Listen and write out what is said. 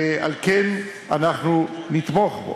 ועל כן אנחנו נתמוך בו.